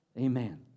Amen